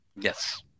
Yes